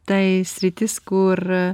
tai sritis kur